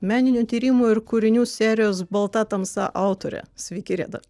meninių tyrimų ir kūrinių serijos balta tamsa autorė sveiki reda